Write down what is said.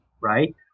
right